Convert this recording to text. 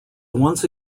once